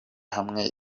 hamwe